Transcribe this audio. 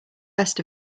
rest